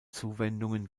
zuwendungen